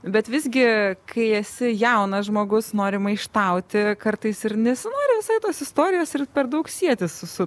bet visgi kai esi jaunas žmogus nori maištauti kartais ir nesinori visai tos istorijos ir per daug sietis su su